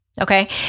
Okay